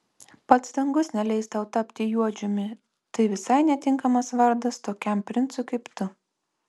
pats dangus neleis tau tapti juodžiumi tai visai netinkamas vardas tokiam princui kaip tu